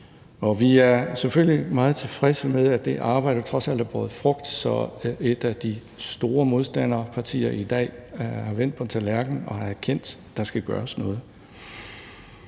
Og vi er selvfølgelig meget tilfredse med, at det arbejde trods alt har båret frugt, så et af de store modstanderpartier i dag er vendt på en tallerken og har erkendt, at der skal gøres noget.